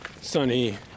sunny